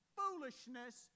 foolishness